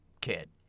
kid